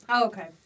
okay